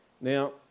Now